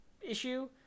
issue